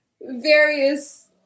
various